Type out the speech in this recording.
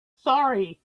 sorry